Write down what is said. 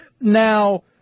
now